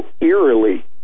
eerily